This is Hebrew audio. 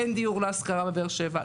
אין דיור להשכרה בבאר שבע,